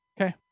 Okay